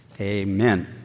amen